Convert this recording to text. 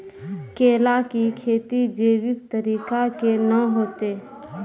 केला की खेती जैविक तरीका के ना होते?